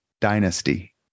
dynasty